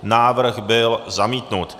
Návrh byl zamítnut.